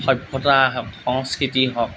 সভ্যতা সংস্কৃতি হওক